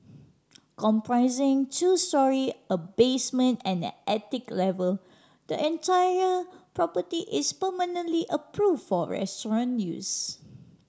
comprising two storey a basement and an attic level the entire property is permanently approve for restaurant use